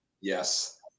Yes